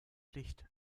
licht